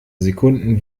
sekunden